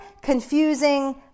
confusing